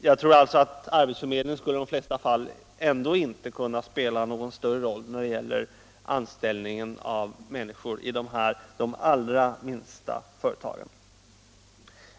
Jag tror alltså att arbetsförmedlingen i de flesta fall ändå inte skulle kunna spela någon större roll när det gäller anställning av människor i de allra minsta företagen.